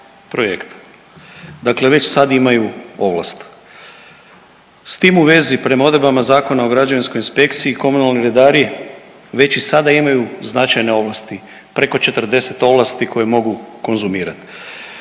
Dakle, već sad imaju ovlasti. S tim u vezi prema odredbama Zakona o građevinskoj inspekciji komunalni redari već i sada imaju značajne ovlasti, preko 40 ovlasti koje mogu konzumirati.